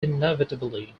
inevitably